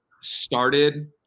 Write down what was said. started